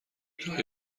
جایی